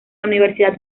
universidad